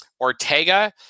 Ortega